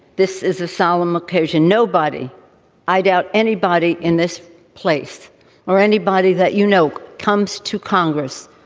this is a solemn occasion nobody i doubt anybody in this place or anybody that you know comes to congress.